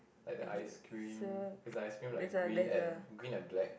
like the ice cream is the ice cream like green and green and black